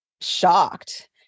shocked